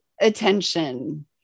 attention